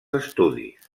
estudis